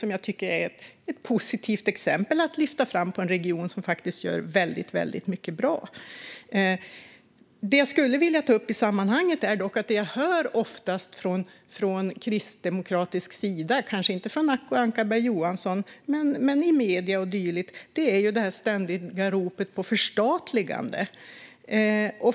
Det tycker jag är ett positivt exempel att lyfta fram på en region som gör väldigt mycket bra. Det jag skulle vilja ta upp i sammanhanget är dock att jag ofta hör från kristdemokratisk sida - kanske inte från Acko Ankarberg Johansson - i medierna och dylikt det ständiga ropet på förstatligande.